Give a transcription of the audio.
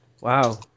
Wow